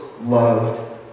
loved